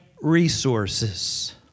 resources